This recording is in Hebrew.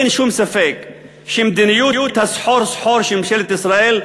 אין שום ספק שמדיניות הסחור-סחור של ממשלת ישראל,